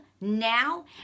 now